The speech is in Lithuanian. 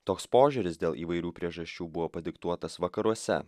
toks požiūris dėl įvairių priežasčių buvo padiktuotas vakaruose